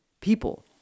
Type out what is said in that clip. people